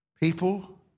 people